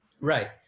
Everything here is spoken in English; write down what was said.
Right